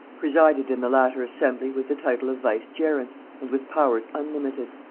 presided in the latter assembly with the title of vicegerent, and with powers unlimited.